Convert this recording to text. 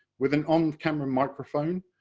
with an on-camera microphone,